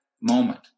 moment